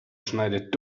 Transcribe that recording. schneidet